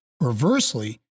Reversely